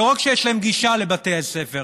לא רק שיש להם גישה לבתי הספר,